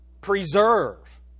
preserve